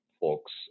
folks